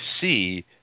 see